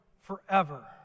forever